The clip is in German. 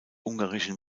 ungarischen